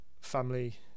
family